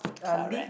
correct